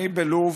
נכלאים בלוב